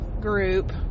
group